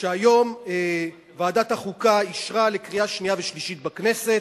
שהיום ועדת החוקה אישרה לקריאה שנייה ושלישית בכנסת.